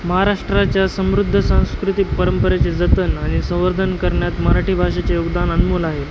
महाराष्ट्राच्या समृद्ध सांस्कृतिक परंपरेचे जतन आणि संवर्धन करण्यात मराठी भाषेचे योगदान अनमोल आहे